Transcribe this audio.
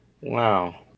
Wow